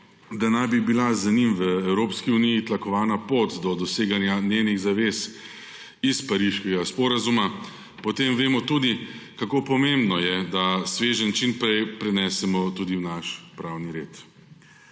da naj bi bila z njim v Evropski uniji tlakovana pot do doseganja njenih zavez iz Pariškega sporazuma, potem vemo tudi, kako pomembno je, da sveženj čim prej prenesemo tudi v naš pravni red.